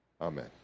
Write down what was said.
Amen